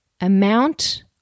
amount